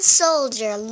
soldier